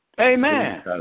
Amen